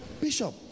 Bishop